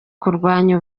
kurwanya